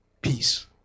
peace